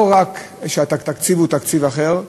לא רק שהתקציב הוא תקציב אחר,